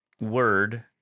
word